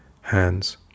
hands